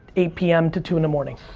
eight p m. to two in the morning?